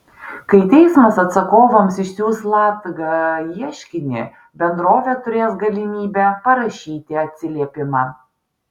kai teismas atsakovams išsiųs latga ieškinį bendrovė turės galimybę parašyti atsiliepimą